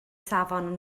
safon